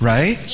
Right